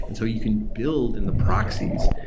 and so you can build in the proxies.